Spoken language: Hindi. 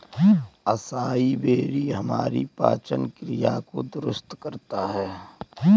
असाई बेरी हमारी पाचन क्रिया को दुरुस्त करता है